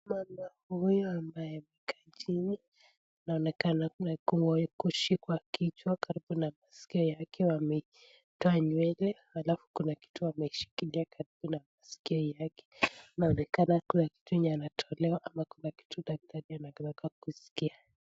Mama huyu ambaye amekaa chini, anaonekana kushikwa kichwa karibu na maskio yake, wametoa nywele halafu kuna kitu wameshikilia karibu na maskio yake, inaonekana kuna kitu yenye anatolewa ama kuna kitu daktari anaweka kwa skio.